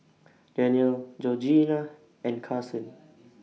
Dannielle Georgianna and Carson